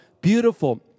Beautiful